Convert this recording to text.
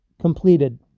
completed